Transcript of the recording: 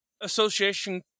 association